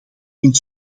vindt